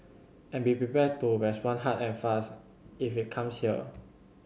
and be prepared to respond hard and fast if it comes here